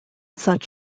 such